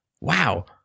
wow